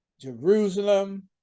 Jerusalem